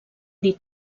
dir